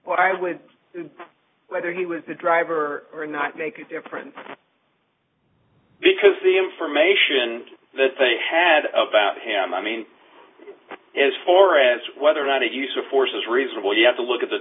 why would whether he was the driver or not make a difference because the information that they had about him i mean as far as whether or not a use of force is reasonable you have to look at the